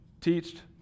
teached